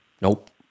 Nope